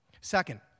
Second